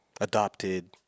Adopted